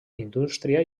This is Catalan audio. indústria